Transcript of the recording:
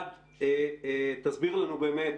אחד, תסביר לנו באמת